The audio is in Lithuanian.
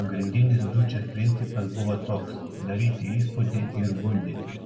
pagrindinis dučės principas buvo toks daryti įspūdį ir gundyti